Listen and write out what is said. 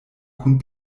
kun